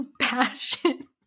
passion